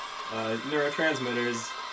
neurotransmitters